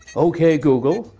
ok google.